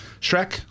Shrek